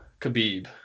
Khabib